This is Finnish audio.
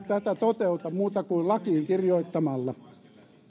tätä toteuta muuten kuin lakiin kirjoittamalla